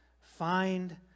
find